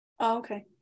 Okay